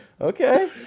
Okay